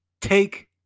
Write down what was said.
take